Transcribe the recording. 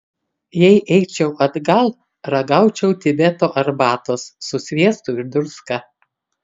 jei eičiau atgal ragaučiau tibeto arbatos su sviestu ir druska